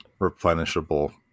replenishable